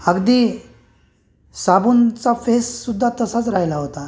अगदी साबुनचा फेससुद्धा तसाच राहिला होता